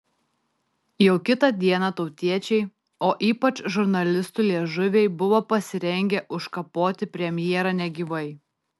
jau kitą dieną tautiečiai o ypač žurnalistų liežuviai buvo pasirengę užkapoti premjerą negyvai